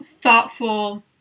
thoughtful